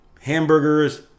hamburgers